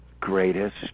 greatest